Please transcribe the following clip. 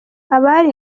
abari